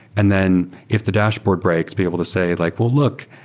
and then if the dashboard breaks, be able to say like, well, look.